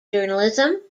journalism